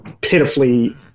pitifully